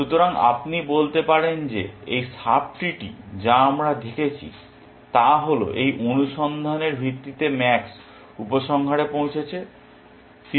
সুতরাং আপনি বলতে পারেন যে এই সাব ট্রিটি যা আমরা দেখছি তা হল এই অনুসন্ধানের ভিত্তিতে ম্যাক্স উপসংহারে পৌঁছেছে